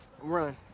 run